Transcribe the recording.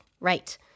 right